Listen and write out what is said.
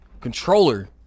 Controller